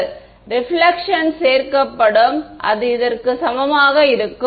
மாணவர் ரிபிலக்ஷன் சேர்க்கப்படும் இது இதற்கு சமமாக இருக்கும்